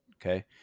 okay